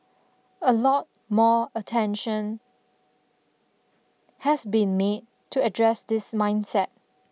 a lot more attention has been made to address this mindset